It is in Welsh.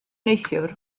neithiwr